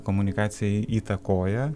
komunikacija įtakoja